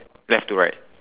left to right